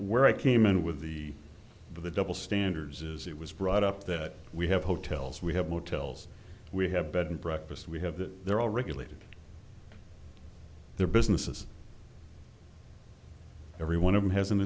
where i came in with the the double standards is it was brought up that we have hotels we have motels we have a bed and breakfast we have that they're all regulated their businesses every one of them has an